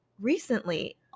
recently